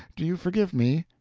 do you forgive me?